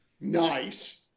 Nice